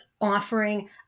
offering